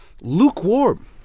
lukewarm